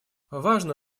важно